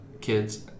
kids